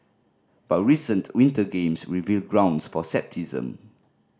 but recent Winter Games reveal grounds for scepticism